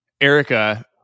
Erica